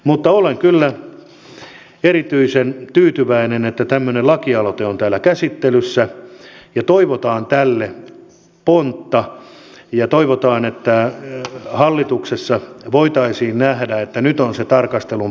mutta olen kyllä erityisen tyytyväinen että tämmöinen lakialoite on täällä käsittelyssä ja toivotaan tälle pontta ja toivotaan että hallituksessa voitaisiin nähdä että nyt on se tarkastelun paikka